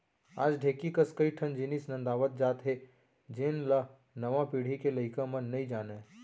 आज ढेंकी कस कई ठन जिनिस नंदावत जात हे जेन ल नवा पीढ़ी के लइका मन नइ जानयँ